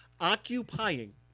occupying